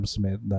Smith